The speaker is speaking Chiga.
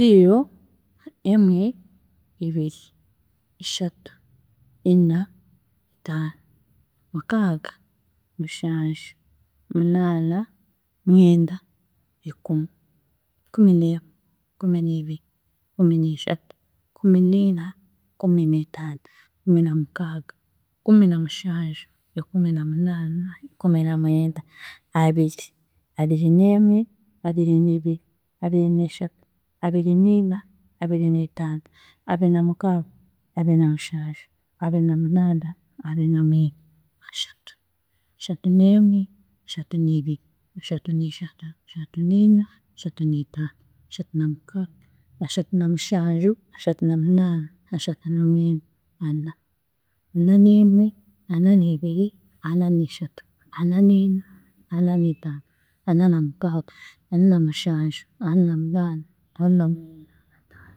Ziiro, emwe, ibiri, ishatu, ina, itaano, mukaaga, mushanju, munaana, mwenda, ikumi, kumineemwe, kuminiibiri, kuminiishatu, kuminiina, kuminiitaano, kuminamukaaga, kuminamushanju, ikuminamunaana, ikuminamwenda, abiri, abarineemwe, abiriniibiri, abariniishatu, abariniina, abariniitaano, abarinamukaaga, abarinamushanju, abarinamunaana, abarinamwenda, ashatu, ashatuneemwe, ashatuniibiri, ashatuniishatu, ashatuniina, ashatuniitaano, ashatunamukaaga, ashatunamushanju, ashatunamunaana, ashatunamwenda, ana, ananeemwe, ananiibiri, ananiishatu, ananiina, ananiitaano, ananamukaaga, ananamushanju, ananamunaana, ananamwenda